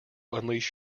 unleash